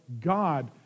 God